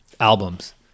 albums